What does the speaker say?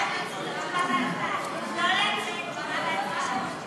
ההצעה להעביר את הצעת חוק הצעת חוק שעות עבודה